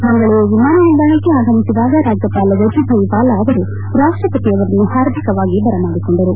ಮಂಗಳೂರು ವಿಮಾನ ನಿಲ್ದಾಣಕ್ಕೆ ಆಗಮಿಸಿದಾಗ ರಾಜ್ಯಪಾಲ ವಾಜುಬಾಯಿ ವಾಲಾ ಅವರು ರಾಷ್ಷಪತಿ ಅವರನ್ನು ಪಾರ್ಧಿಕವಾಗಿ ಬರಮಾಡಿಕೊಂಡರು